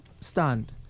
stand